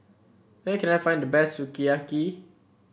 where can I find the best Sukiyaki